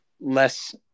less